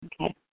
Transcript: Okay